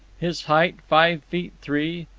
his height five feet three,